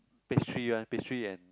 pastry one pastry and